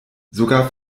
sogar